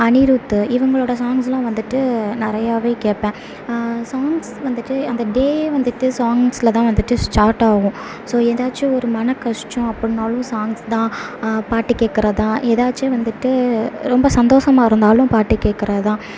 அனிரூத்து இவங்களோட சாங்ஸ்லாம் வந்துவிட்டு நிறையாவே கேட்பேன் சாங்ஸ் வந்துட்டு அந்த டேயே வந்துட்டு சாங்ஸில் தான் வந்துவிட்டு ஸ்டார்ட் ஆகும் ஸோ எதாச்சும் ஒரு மன கஷ்டம் அப்படின்னாலும் சாங்ஸ் தான் பாட்டு கேட்கறது தான் எதாச்சும் வந்துவிட்டு ரொம்ப சந்தோஷமாக இருந்தாலும் பாட்டு கேட்கறது தான்